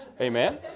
Amen